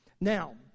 Now